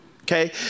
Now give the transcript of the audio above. Okay